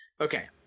Okay